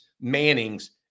Manning's